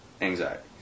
anxiety